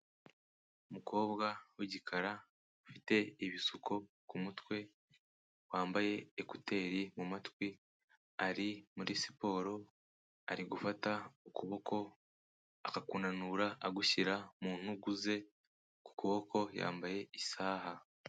Umukobwa w'igikara ufite ibisuko ku mutwe, wambaye ekuteri mu matwi, ari muri siporo ari gufata ukuboko akakunanura agushyira mu ntugu ze, ku kuboko yambaye isaha.